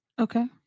Okay